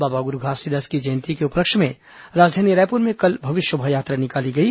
बाबा गुरू घासीदास की जयंती के उपलक्ष्य में राजधानी रायपुर में कल भव्य शोभायात्रा निकाली गई